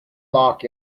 lock